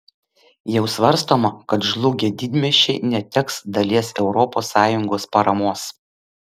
jau svarstoma kad žlugę didmiesčiai neteks dalies europos sąjungos paramos